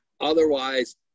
Otherwise